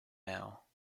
now